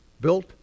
Built